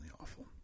awful